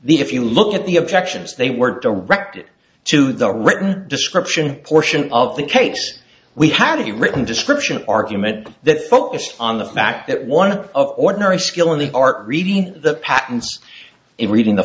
the if you look at the objections they were directed to the written description portion of the case we have to be written description argument that focused on the fact that one of ordinary skill in the art reading the patents in reading the